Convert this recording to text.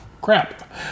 crap